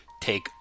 take